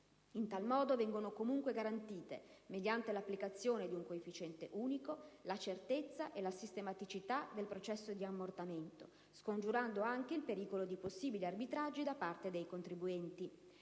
In tal modo vengono comunque garantite, mediante l'applicazione di un coefficiente unico, la certezza e la sistematicità del processo di ammortamento, scongiurando anche il pericolo di possibili arbitraggi da parte dei contribuenti.